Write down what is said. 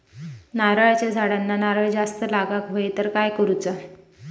नारळाच्या झाडांना नारळ जास्त लागा व्हाये तर काय करूचा?